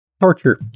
torture